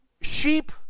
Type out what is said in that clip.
sheep